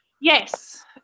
Yes